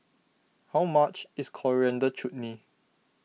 how much is Coriander Chutney